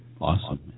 Awesome